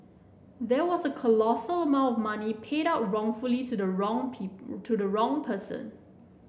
there was a colossal amount of money paid out wrongfully to the wrong people to the wrong person